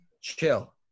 Chill